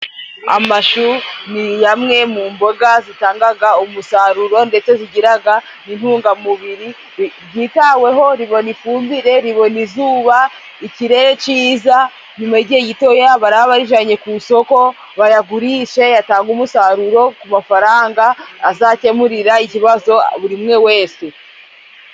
Amashu ni gamwe mu mboga zitangaga umusaruro ndetse zigiraga n'intungamubiri. Gitaweho, ribona ifumbire, ribona izuba, ikirere ciza, nyuma y'igihe gitoya baraba barijanye ku isoko, bayagurishe yatange umusaruro ku mafaranga azakemurira ikibazo buri umwe wese.